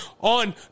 on